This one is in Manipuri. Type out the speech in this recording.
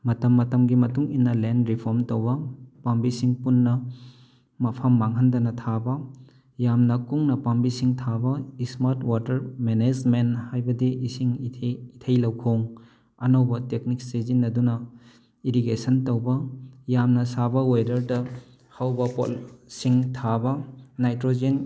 ꯃꯇꯝ ꯃꯇꯝꯒꯤ ꯃꯇꯨꯡ ꯏꯟꯅ ꯂꯦꯟ ꯔꯤꯐꯣꯝ ꯇꯧꯕ ꯄꯥꯝꯕꯤꯁꯤꯡ ꯄꯨꯟꯅ ꯃꯐꯝ ꯃꯥꯡꯍꯟꯗꯅ ꯊꯥꯕ ꯌꯥꯝꯅ ꯀꯨꯡꯅ ꯄꯥꯝꯕꯤꯁꯤꯡ ꯊꯥꯕ ꯏꯁꯃꯥꯔꯠ ꯋꯥꯇꯔ ꯃꯦꯅꯦꯁꯃꯦꯟ ꯍꯥꯏꯕꯗꯤ ꯏꯁꯤꯡ ꯏꯊꯩ ꯂꯧꯈꯣꯡ ꯑꯅꯧꯕ ꯇꯦꯛꯅꯤꯛ ꯁꯤꯖꯤꯟꯅꯗꯨꯅ ꯏꯔꯤꯒꯦꯁꯟ ꯇꯧꯕ ꯌꯥꯝꯅ ꯁꯥꯕ ꯋꯦꯗꯔꯗ ꯍꯧꯕ ꯄꯣꯠꯁꯤꯡ ꯊꯥꯕ ꯅꯥꯏꯇ꯭ꯔꯣꯖꯦꯟ